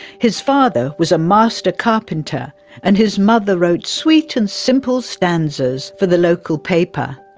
his father was a master-carpenter and his mother wrote sweet and simple stanzas for the local paper.